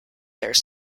there